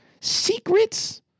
secrets